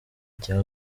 cya